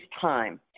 time